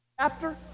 chapter